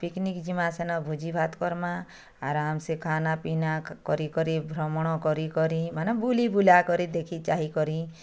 picnic ଯିମାଁ ସେନ ଭୋଜିଭାତ୍ କରମା ଆରାମ୍ ସେ ଖାନାପିନା କରିକରି ଭ୍ରମଣ କରିକରି ମାନେ ବୁଲିବୁଲା କରି ଦେଖି ଚାହି କରି